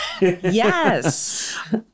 Yes